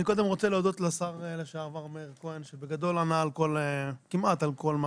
אני קודם רוצה להודות לשר לשעבר מאיר כהן שבגדול ענה כמעט על כל מה